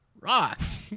Rocks